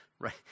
right